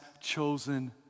chosen